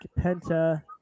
Penta